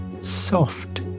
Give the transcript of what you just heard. Soft